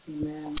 Amen